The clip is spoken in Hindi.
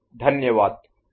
धन्यवाद